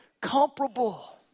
comparable